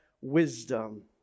wisdom